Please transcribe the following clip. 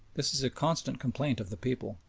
this is the constant complaint of the people.